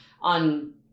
on